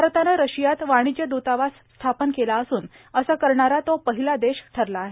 भारतानं रशियात वाणिज्य दूतावास स्थापन केला असून असं करणारा तो पहिला देश ठरला आहे